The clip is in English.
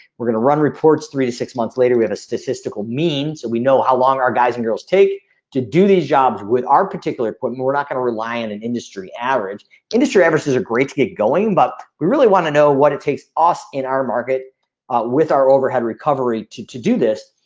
we're gonna run reports three to six months later, we have a statistical means so we know how long our guys and girls take to do these jobs with our particular equipment. we're not gonna rely on an industry average industry averages are great to get going, but we really wanna know what it takes us in our market ah with our overhead recovery to to do this.